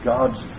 God's